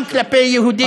גם כלפי יהודים.